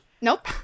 Nope